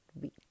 week